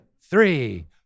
three